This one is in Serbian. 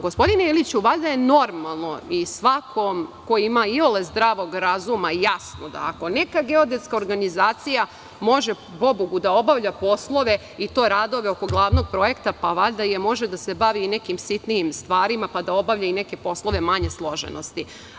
Gospodine Iliću, valjda je normalno i svakom ko ima iole zdravog razuma je jasno da ako neka geodetska organizacija može da obavlja poslove i to radove oko glavnog projekta, pa valjda može da se bavi i nekim sitnijim stvarima, pa da obavlja i neke poslove manje složenosti.